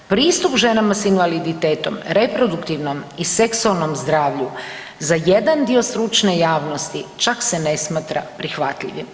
Pristup ženama s invaliditetom, reproduktivnom i seksualnom zdravlju za jedan dio stručne javnosti čak se ne smatra prihvatljivim.